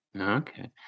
Okay